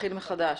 'להתחיל מחדש'.